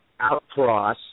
outcross